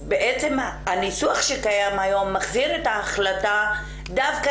הניסוח שקיים היום מחזיר את ההחלטה דווקא